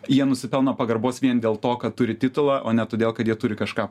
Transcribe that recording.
jie nusipelno pagarbos vien dėl to kad turi titulą o ne todėl kad jie turi kažką